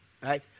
right